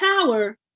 power